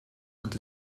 und